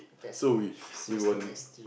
so we we were